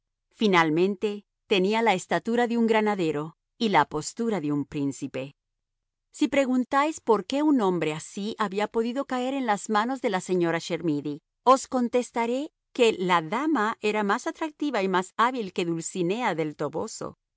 finalmente tenía la estatura de un granadero y la apostura de un príncipe si preguntáis por qué un hombre así había podido caer en las manos de la señora chermidy os contestaré que la dama era más atractiva y más hábil que dulcinea del toboso